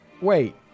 wait